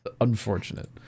Unfortunate